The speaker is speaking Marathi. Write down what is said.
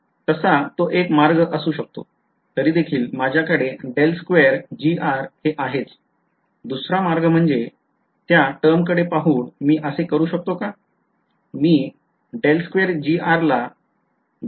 तास तो एक मार्ग असू शकतो तरी देखील माझ्याकडे हे आहेच दुसरा मार्ग म्हणजे त्या टर्मकडे पाहून मी असे karu शकतो का